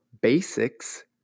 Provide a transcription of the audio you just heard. basics